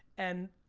and